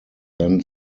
then